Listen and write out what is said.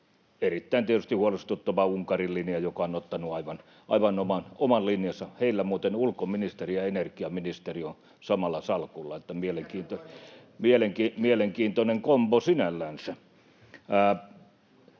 erittäin huolestuttava on Unkarin linja, se on ottanut aivan oman linjansa. Heillä muuten ulkoministeri ja energiaministeri ovat samalla salkulla, [Ben Zyskowicz: Sitäkö